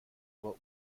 aber